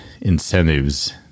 incentives